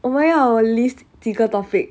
我们要 list 几个 topic